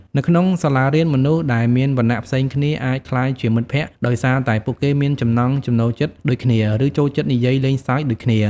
នៅក្នុងសាលារៀន មនុស្សដែលមានវណ្ណៈផ្សេងគ្នាអាចក្លាយជាមិត្តភក្តិដោយសារតែពួកគេមានចំណង់ចំណូលចិត្តដូចគ្នាឬចូលចិត្តនិយាយលេងសើចដូចគ្នា។